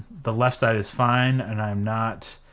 the left side is fine and i'm not